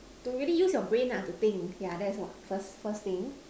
to really use your brain lah to think yeah that's what first first thing